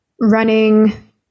running